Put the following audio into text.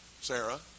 Sarah